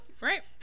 Right